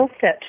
sit